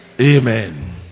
Amen